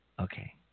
Okay